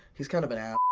he's kind of an ass